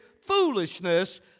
foolishness